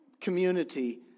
community